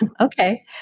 Okay